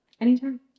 anytime